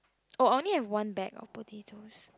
oh I only have one bag of potatoes